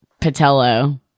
Patello